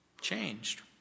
changed